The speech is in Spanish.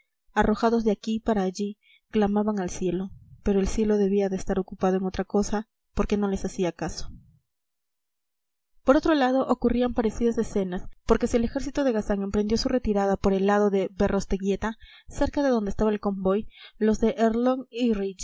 arrojados de aquí para allí clamaban al cielo pero el cielo debía de estar ocupado en otra cosa porque no les hacía caso por otro lado ocurrían parecidas escenas porque si el ejército de gazan emprendió su retirada por el lado de berrosteguieta cerca de donde estaba el convoy los de